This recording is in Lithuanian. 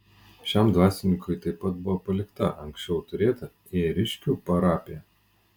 šiam dvasininkui taip pat buvo palikta anksčiau turėta ėriškių parapija